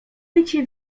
wycie